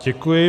Děkuji.